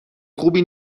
خوبی